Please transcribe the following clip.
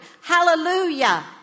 hallelujah